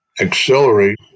accelerate